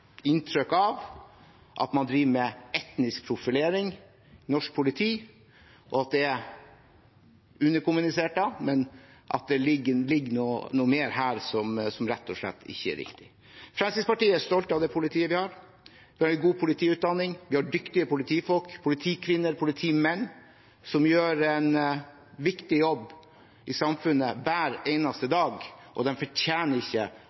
inntrykk av at norsk politi driver med etnisk profilering, og at det – underkommunisert – ligger noe mer her, som slett ikke er riktig. Fremskrittspartiet er stolt av det politiet vi har. Vi har en god politiutdanning, vi har dyktige politifolk – politikvinner, politimenn – som gjør en viktig jobb i samfunnet hver eneste dag, og de fortjener ikke